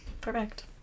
Perfect